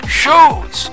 shows